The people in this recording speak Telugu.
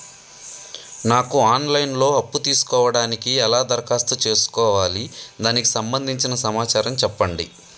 నాకు ఆన్ లైన్ లో అప్పు తీసుకోవడానికి ఎలా దరఖాస్తు చేసుకోవాలి దానికి సంబంధించిన సమాచారం చెప్పండి?